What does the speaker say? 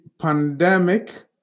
pandemic